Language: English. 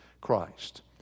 Christ